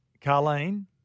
Carlene